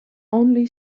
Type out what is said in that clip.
only